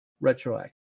retroactive